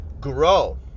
grow